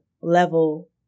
level